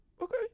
Okay